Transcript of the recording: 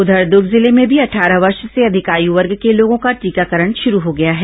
उधर दूर्ग जिले में भी अट्ठारह वर्ष से अधिक आयु वर्ग के लोगों का टीकाकरण शुरू हो गया है